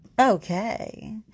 Okay